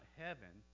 heaven